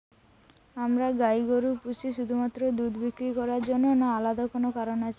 আমরা গাই গরু পুষি শুধুমাত্র দুধ বিক্রি করার জন্য না আলাদা কোনো কারণ আছে?